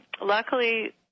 luckily